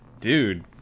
Dude